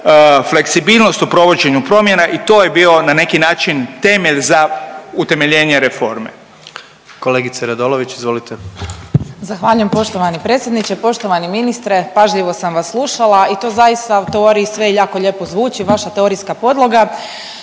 fleksibilnost u provođenju promjena i to je bio na neki način temelj za utemeljenje reforme. **Jandroković, Gordan (HDZ)** Kolegice Radolović izvolite. **Radolović, Sanja (SDP)** Zahvaljujem poštovani predsjedniče. Poštovani ministre, pažljivo sam vas slušala i to zaista u teoriji sve jako lijepo zvuči, vaša teorijska podloga,